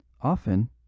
Often